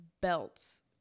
belts